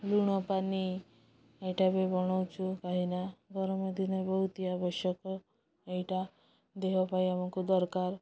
ଲୁଣପାନି ଏଇଟା ବି ବନାଉଛୁ କାହିଁକିନା ଗରମ ଦିନେ ବହୁତ ଆବଶ୍ୟକ ଏଇଟା ଦେହ ପାଇଁ ଆମକୁ ଦରକାର